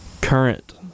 Current